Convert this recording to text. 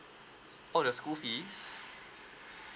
oh the school fees